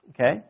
okay